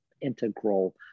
integral